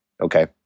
Okay